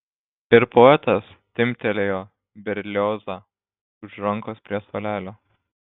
ir poetas timptelėjo berliozą už rankos prie suolelio